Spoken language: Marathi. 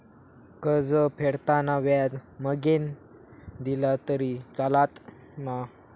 कर्ज फेडताना व्याज मगेन दिला तरी चलात मा?